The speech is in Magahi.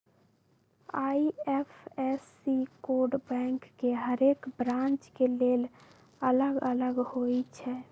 आई.एफ.एस.सी कोड बैंक के हरेक ब्रांच के लेल अलग अलग होई छै